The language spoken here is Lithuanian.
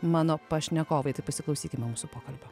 mano pašnekovai tai pasiklausykime mūsų pokalbio